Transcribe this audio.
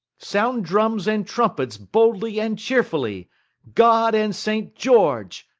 sound drums and trumpets boldly and cheerfully god and saint george!